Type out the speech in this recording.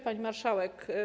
Pani Marszałek!